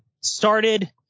started